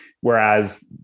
Whereas